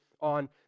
on